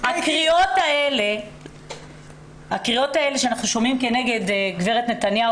הקריאות האלה שאנחנו שומעים כנגד גברת נתניהו